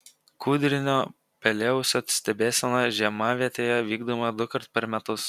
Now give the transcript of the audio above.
kūdrinio pelėausio stebėsena žiemavietėje vykdoma dukart per metus